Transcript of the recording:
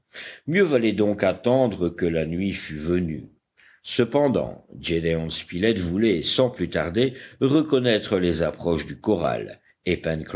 mieux valait donc attendre que la nuit fût venue cependant gédéon spilett voulait sans plus tarder reconnaître les approches du corral